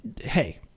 Hey